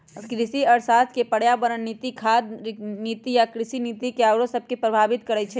कृषि अर्थशास्त्र पर्यावरण नीति, खाद्य नीति आ कृषि नीति आउरो सभके प्रभावित करइ छै